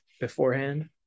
beforehand